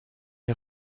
est